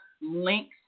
links